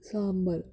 sambar